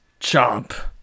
Chomp